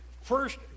first